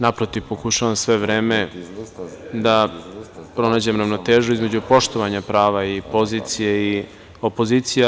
Naprotiv, pokušavam sve vreme da pronađem ravnotežu između poštovanja prava i pozicije i opozicija.